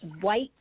white